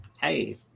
hey